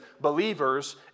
believers